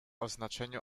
oznaczeniu